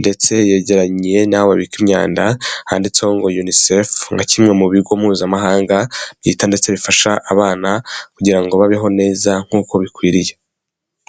ndetse yegeranye n'aho babika imyanda handitseho ngo UNICEF; nka kimwe mu bigo mpuzamahanga byita ndetse bifasha abana kugira ngo babeho neza nk'uko bikwiriye.